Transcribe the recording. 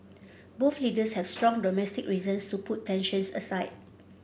both leaders have strong domestic reasons to put tensions aside